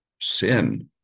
sin